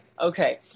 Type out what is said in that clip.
Okay